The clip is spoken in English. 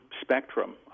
spectrum